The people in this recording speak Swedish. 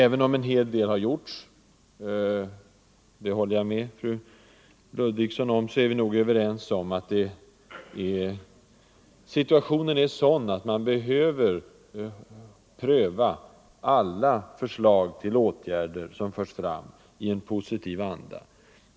Även om en hel del har gjorts — det håller jag med fru Ludvigsson om — borde vi kunna enas om att situationen är sådan att man behöver pröva alla förslag som förs fram i en positiv anda.